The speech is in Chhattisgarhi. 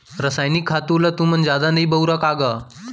रसायनिक खातू ल तुमन जादा नइ बउरा का गा?